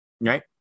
Right